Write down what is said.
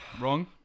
Wrong